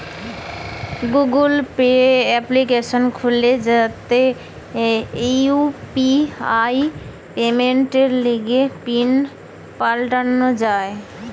Google Pay application খুলে যাতে UPI পেমেন্টের লিগে পিন পাল্টানো যায়